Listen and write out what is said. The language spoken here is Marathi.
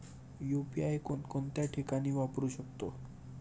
यु.पी.आय कोणकोणत्या ठिकाणी वापरू शकतो?